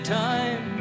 time